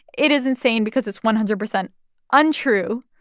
it is insane because it's one hundred percent untrue.